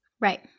Right